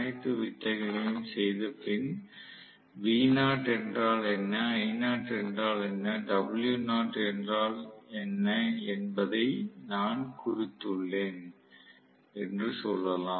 அனைத்து வித்தைகளையும் செய்தபின் V0 என்றால் என்ன I0 என்றால் என்ன W0 என்ன என்பதை நான் குறித்துள்ளேன் என்று சொல்லலாம்